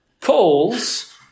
calls